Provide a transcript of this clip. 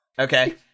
Okay